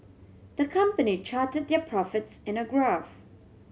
the company charted their profits in a graph